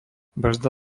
brzda